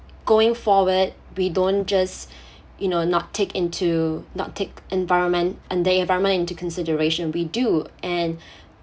going forward we don't just you know not take into not take environment and the environment into consideration we do and